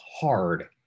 hard